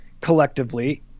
collectively